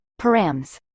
params